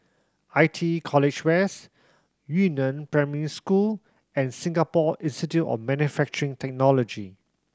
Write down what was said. I T E College West Yu Neng Primary School and Singapore Institute of Manufacturing Technology